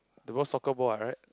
they're both soccer ball ah right